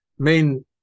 main